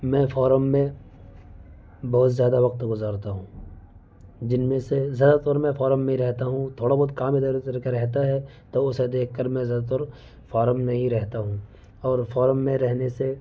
میں فارم میں بہت زیادہ وقت گزارتا ہوں جن میں سے زیادہ تر میں فارم میں رہتا ہوں تھوڑا بہت کام ادھر ادھر کا رہتا ہے تو اسے دیکھ کر میں زیادہ تر فارم میں ہی رہتا ہوں اور فارم میں رہنے سے